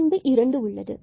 பின்பு 2 உள்ளது